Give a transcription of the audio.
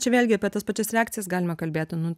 čia vėlgi apie tas pačias reakcijas galima kalbėti nu